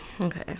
Okay